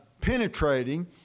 penetrating